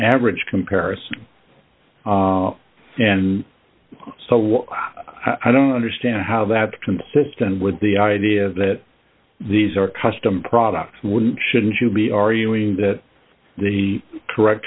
average comparison and so i don't understand how that consistent with the idea that these are custom products wouldn't shouldn't you be arguing that the correct